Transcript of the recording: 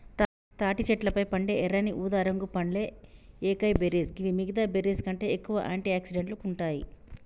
తాటి చెట్లపై పండే ఎర్రని ఊదారంగు పండ్లే ఏకైబెర్రీస్ గివి మిగితా బెర్రీస్కంటే ఎక్కువగా ఆంటి ఆక్సిడెంట్లు ఉంటాయి